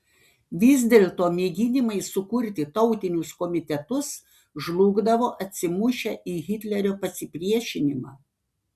vis dėlto mėginimai sukurti tautinius komitetus žlugdavo atsimušę į hitlerio pasipriešinimą